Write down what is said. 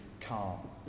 calm